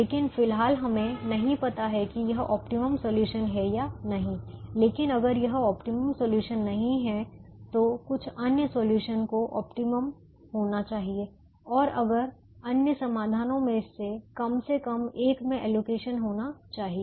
लेकिन फिलहाल हमें नहीं पता कि यह ऑप्टिमम सॉल्यूशन है या नहीं लेकिन अगर यह ऑप्टिमम सॉल्यूशन नहीं है तो कुछ अन्य सॉल्यूशन को ऑप्टिमम होना चाहिए और कुछ अन्य समाधानों में कम से कम एक में एलोकेशन होना चाहिए